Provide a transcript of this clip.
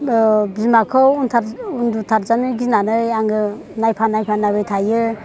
बिमाखौ उन्दुथार जानो गिनानै आङो नायफा नायफा नायबाय थायो